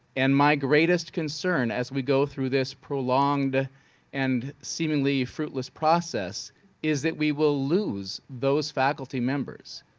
and my greatest concern as we go through this prolonged and seemingly fruitless process is that we will lose those faculty members.